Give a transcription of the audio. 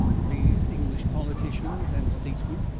these english politicians and statesmen,